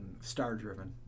star-driven